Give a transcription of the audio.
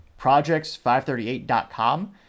projects538.com